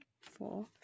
Four